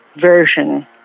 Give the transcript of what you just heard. version